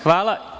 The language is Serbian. Hvala.